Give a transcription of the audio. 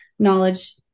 Knowledge